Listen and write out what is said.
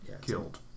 killed